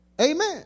Amen